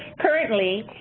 currently,